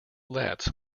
letts